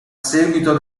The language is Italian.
seguito